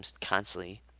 constantly